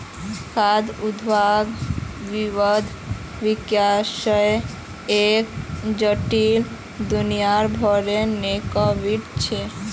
खाद्य उद्योग विविध व्यवसायर एक जटिल, दुनियाभरेर नेटवर्क छ